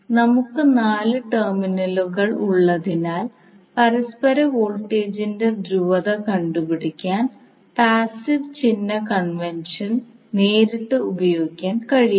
നമുക്ക് നാല് ടെർമിനലുകൾ ഉള്ളതിനാൽ പരസ്പര വോൾട്ടേജിന്റെ ധ്രുവത കണ്ടെത്താൻ പാസിവ് ചിഹ്ന കൺവെൻഷൻ നേരിട്ട് ഉപയോഗിക്കാൻ കഴിയില്ല